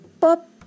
pop